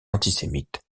antisémite